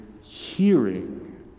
hearing